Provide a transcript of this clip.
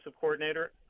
coordinator